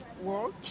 work